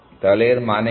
তাহলে এর মানে কী